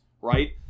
right